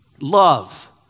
love